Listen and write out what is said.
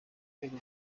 rwego